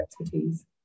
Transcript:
expertise